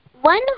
one